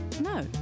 No